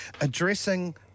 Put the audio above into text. addressing